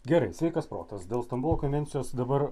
gerai sveikas protas dėl stambulo konvencijos dabar